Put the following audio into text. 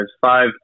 five